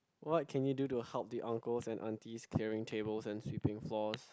what can you do to help the uncles and aunties clearing table and sweeping floor